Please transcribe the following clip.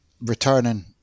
returning